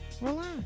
relax